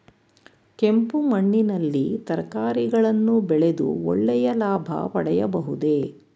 ಕೆಂಪು ಮಣ್ಣಿನಲ್ಲಿ ತರಕಾರಿಗಳನ್ನು ಬೆಳೆದು ಒಳ್ಳೆಯ ಲಾಭ ಪಡೆಯಬಹುದೇ?